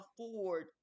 afford